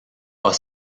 pas